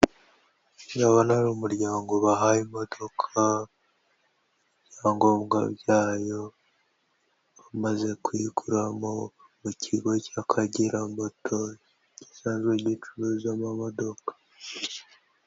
Abantu bo mu muryango bahaye imodoka ibyangombwa byayo, bamaze kuyiguramo mu kigo cy'Akagera motozi gisanzwe gicuruza amamodokaka.